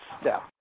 step